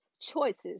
choices